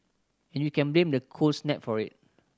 and you can blame the cold snap for it